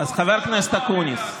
אז חבר הכנסת אקוניס,